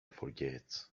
forgets